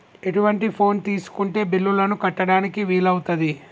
ఎటువంటి ఫోన్ తీసుకుంటే బిల్లులను కట్టడానికి వీలవుతది?